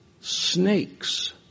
snakes